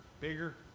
bigger